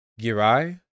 Girai